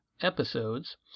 episodes